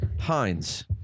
Heinz